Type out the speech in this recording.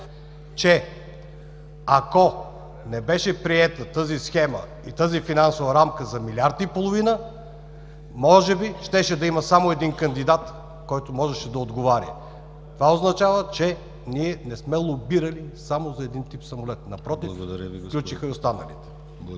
че ако не беше приета тази схема и тази финансова рамка за милиард и половина, може би щеше да има само един кандидат, който можеше да отговаря. Това означава, че ние не сме лобирали само за един тип самолет – напротив, включиха и останалите.